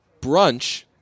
BRUNCH